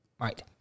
Right